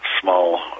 small